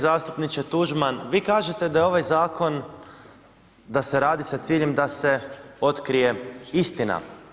Uvaženi zastupniče Tuđman, vi kažete da je ovaj zakon da se radi sa ciljem da se otkrije istina.